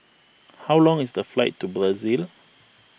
how long is the flight to Brazil